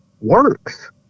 works